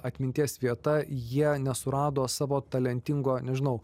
atminties vieta jie nesurado savo talentingo nežinau